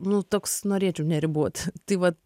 nu toks norėčiau neriboti tai va